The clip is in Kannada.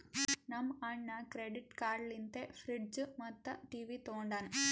ನಮ್ ಅಣ್ಣಾ ಕ್ರೆಡಿಟ್ ಕಾರ್ಡ್ ಲಿಂತೆ ಫ್ರಿಡ್ಜ್ ಮತ್ತ ಟಿವಿ ತೊಂಡಾನ